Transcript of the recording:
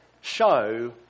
show